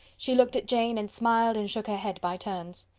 she looked at jane, and smiled and shook her head by turns.